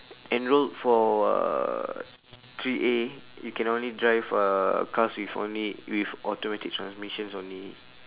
enrolled for uh three A you can only drive uh cars with only with automatic transmissions only